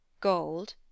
gold